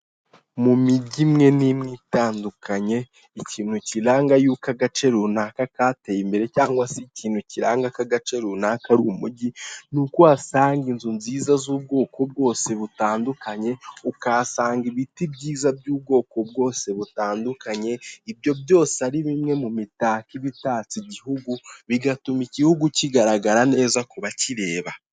Mu mijyi imwe n'imwe itandukanye ikintu kiranga yuko agace runaka kateye imbere cyangwa se ikintu kiranga ko agace runaka ari umujyi, ni uko uhasanga inzu nziza z'ubwoko bwose butandukanye, ukahasanga ibiti byiza by'ubwoko bwose butandukanye, ibyo byose ari bimwe mu mitako iba itatse igihugu, bigatuma igihugu kigaragara neza ku bakireba.